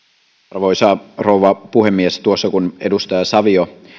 arvoisa rouva puhemies kun edustaja savio